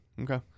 okay